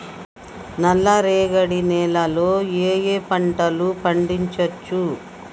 నల్లరేగడి నేల లో ఏ ఏ పంట లు పండించచ్చు?